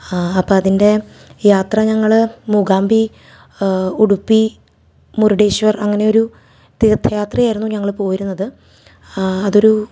അപ്പം അതിന്റെ യാത്ര ഞങ്ങൾ മൂകാമ്പി ഉഡുപ്പി മുരുദ്വേശ്വര് അങ്ങനെയൊരു തീര്ദ്ധയാത്രയായിരുന്നു ഞങ്ങൾ പോയിരുന്നത് അതൊരു